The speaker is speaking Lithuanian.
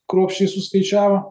kruopščiai suskaičiavo